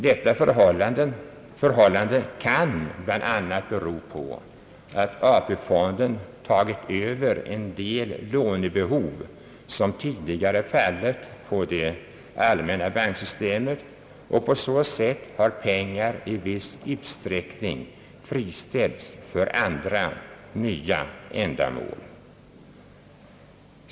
Detta kan bl.a. bero på att AP-fonden tagit över en del lånebehov, som tidigare fallit på de allmänna banksystemen, och på så sätt har pengar i viss utsträckning friställts för andra, nya ändamål.